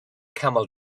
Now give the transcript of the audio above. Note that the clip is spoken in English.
camel